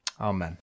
Amen